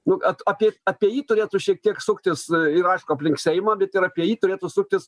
nu apie apie jį turėtų šiek tiek suktis ir aišku aplink seimą bet ir apie jį turėtų suktis